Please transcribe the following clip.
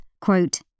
quote